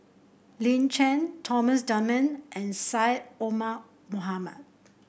Lin Chen Thomas Dunman and Syed Omar Mohamed